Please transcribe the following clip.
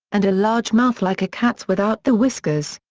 and a large mouth like a cat's without the whiskers.